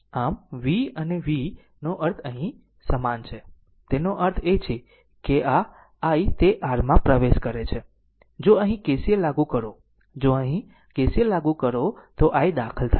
આમ V અને V નો અર્થ અહીં સમાન છે તેનો અર્થ એ છે કે આ i તે R માં પ્રવેશ કરે છે જો અહીં KCL લાગુ કરો જો અહીં KCL લાગુ કરો તો i દાખલ થાય છે